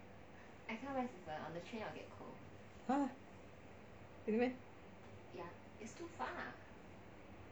!huh! really meh